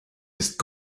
ist